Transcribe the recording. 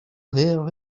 hear